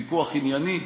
ויכוח ענייני,